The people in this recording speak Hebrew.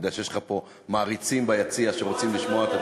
אני יודע שיש לך פה מעריצים ביציע שרוצים לשמוע אותך.